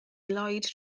lloyd